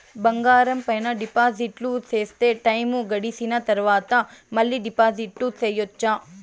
బంగారం పైన డిపాజిట్లు సేస్తే, టైము గడిసిన తరవాత, మళ్ళీ డిపాజిట్లు సెయొచ్చా?